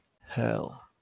hell